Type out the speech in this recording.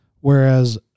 Whereas